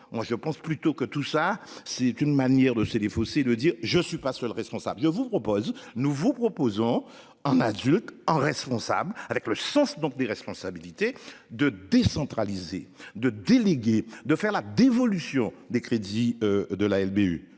je pense plutôt que tout ça c'est une manière de se défausser de dire je suis pas seule responsable, je vous propose, nous vous proposons un adulte, un responsable avec le sens donc des responsabilités, de décentraliser de délégués de faire la dévolution des crédits de la LBU.